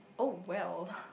oh well